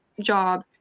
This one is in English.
job